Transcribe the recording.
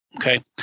Okay